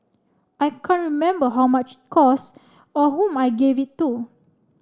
I can't remember how much it cost or whom I gave it to